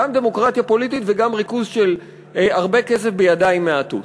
גם דמוקרטיה פוליטית וגם ריכוז של הרבה כסף בידיים מעטות.